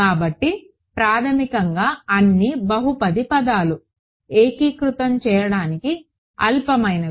కాబట్టి ప్రాథమికంగా అన్ని బహుపది పదాలు ఏకీకృతం చేయడానికి అల్పమైనవి